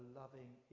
loving